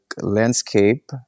landscape